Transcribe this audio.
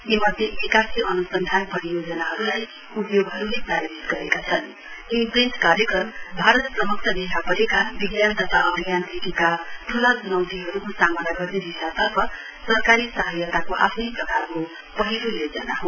यी मध्ये एकासी अन्सन्धान परियोजनाहरूलाई उद्योगहरूले प्रायोजित गरेका छन इम्प्रिन्ट कार्यक्रम भारत समक्ष देखा परेका विज्ञान तथा अभियान्त्रिकीका ठूला च्नौतीहरूको सामना गर्ने दिशातर्फ सरकारी सहायताको आफ्नै प्रकारको पहिलो योजना हो